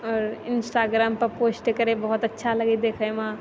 आओर इन्स्टाग्राममे पोस्ट करैमे बहुत अच्छा लागै छै देखैमे